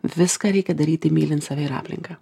viską reikia daryti mylint save ir aplinką